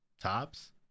tops